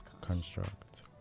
construct